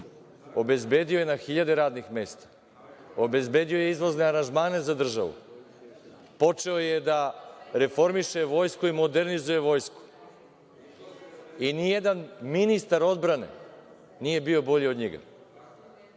Obezbedio je na hiljade radnih mesta. Obezbedio je izvozne aranžmane za državu. Počeo je da reformiše vojsku i modernizuje vojsku. I nijedan ministar odbrane nije bio bolji od njega.